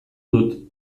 dut